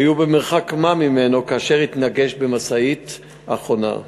היו במרחק-מה ממנו כאשר התנגש במשאית החונה.